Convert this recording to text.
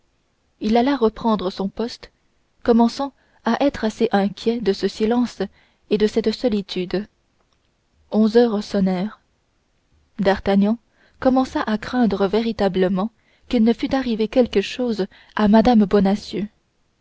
il alla reprendre son poste commençant à être assez inquiet de ce silence et de cette solitude onze heures sonnèrent d'artagnan commença à craindre véritablement qu'il ne fût arrivé quelque chose à mme